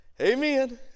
Amen